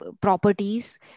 properties